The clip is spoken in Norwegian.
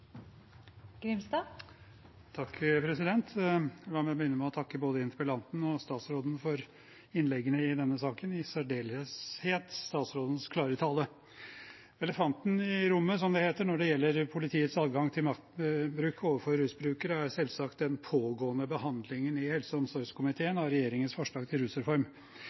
La meg begynne med å takke både interpellanten og statsråden for innleggene i denne saken – i særdeleshet statsrådens klare tale. Elefanten i rommet – som det heter – når det gjelder politiets adgang til maktbruk overfor rusbrukere, er selvsagt den pågående behandlingen i helse- og omsorgskomiteen av regjeringens forslag til rusreform.